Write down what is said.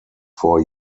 four